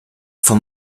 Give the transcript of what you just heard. vom